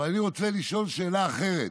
אבל אני רוצה לשאול שאלה אחרת: